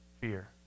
fear